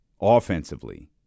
offensively